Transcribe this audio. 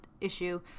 issue